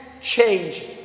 change